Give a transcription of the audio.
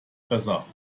besser